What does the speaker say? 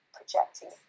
projecting